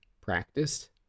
practiced